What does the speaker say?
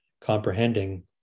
comprehending